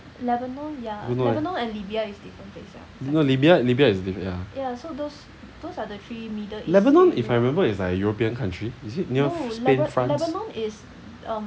don't know leh no libya libya is ya lebanon if I remember is like a european country is it near spain france